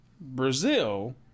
Brazil